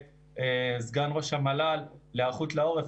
סגן ראש המל"ל להיערכות לעורף,